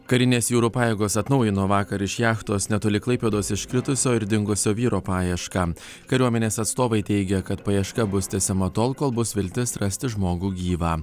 karinės jūrų pajėgos atnaujino vakar iš jachtos netoli klaipėdos iškritusio ir dingusio vyro paiešką kariuomenės atstovai teigia kad paieška bus tęsiama tol kol bus viltis rasti žmogų gyvą